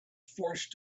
forced